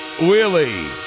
Willie